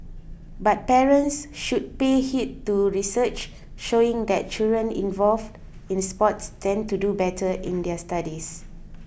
but parents should pay heed to research showing that children involved in sports tend to do better in their studies